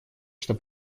что